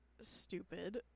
stupid